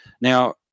now